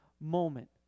moment